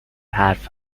حروف